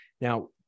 Now